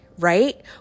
right